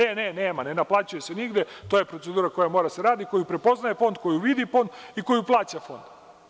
E, ne naplaćuje se nigde, to je procedura koja mora da se radi, koju prepoznaje fond, koju vidi fond i koju plaća fond.